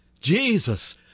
Jesus